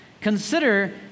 Consider